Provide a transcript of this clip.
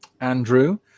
Andrew